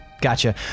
Gotcha